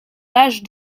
l’âge